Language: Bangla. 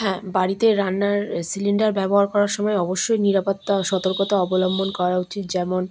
হ্যাঁ বাড়িতে রান্নার সিলিন্ডার ব্যবহার করার সময় অবশ্যই নিরাপত্তা সতর্কতা অবলম্বন করা উচিত যেমন